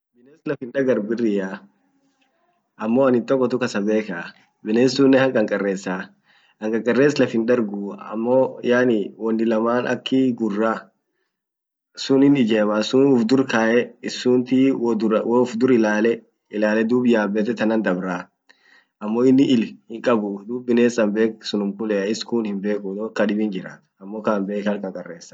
Bines lafin dagar birria amo anin tokotu kasa beka. bines sunen hankakaresa hankakares lafin dargu amo yani woni laman akii gurra sunin ijema sun uf durkaye isuntii wo uf dur ilale ilale dum yabete tanan dabra amo ini I'll hinqabuu dub bines an bek sunum kulea iskun hinbeku wo kadibin jirrat amo ka an bek hankakaresa.